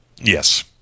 Yes